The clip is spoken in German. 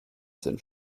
sind